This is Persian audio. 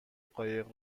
قایق